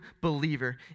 believer